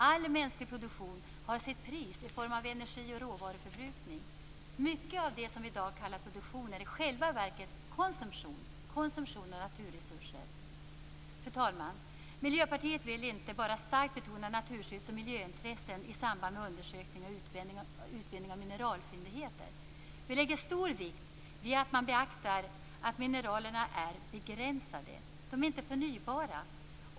All mänsklig produktion har sitt pris i form av energi och råvaruförbrukning. Mycket av det som vi i dag kallar produktion är i själva verket konsumtion - konsumtion av naturresurser. Fru talman! Vi i Miljöpartiet vill inte bara starkt betona naturskydds och miljöintressen i samband med undersökning och utvinning av mineralfyndigheter. Vi lägger stor vikt vid att man beaktar att mineralerna är begränsade. De är inte förnybara.